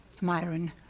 Myron